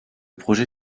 projet